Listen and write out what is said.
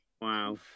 Wow